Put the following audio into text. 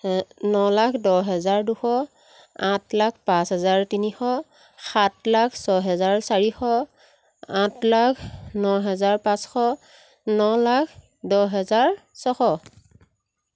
ন লাখ দহ হেজাৰ দুশ আঠ লাখ পাঁচ হাজাৰ তিনিশ সাত লাখ ছয় হেজাৰ চাৰিশ আঠ লাখ ন হেজাৰ পাঁচশ ন লাখ দহ হেজাৰ ছশ